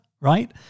right